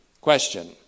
Question